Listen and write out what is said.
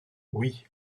oui